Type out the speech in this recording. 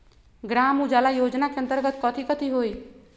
ग्राम उजाला योजना के अंतर्गत कथी कथी होई?